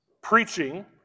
preaching